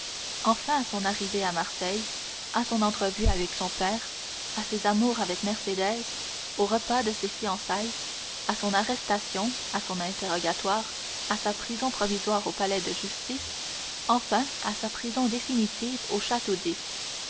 enfin à son arrivée à marseille à son entrevue avec son père à ses amours avec mercédès au repas de ses fiançailles à son arrestation à son interrogatoire à sa prison provisoire au palais de justice enfin à sa prison définitive au château